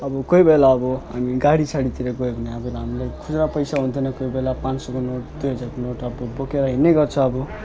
अब कोही बेला अब हामी गाडीसाडीतिर गयो भने हामीले खुजुरा पैसा हुँदैन कोही बेला पाँच सयको नोट दुई हजारको नोट अब बोकेर हिँड्ने गर्छ अब